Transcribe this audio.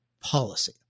policy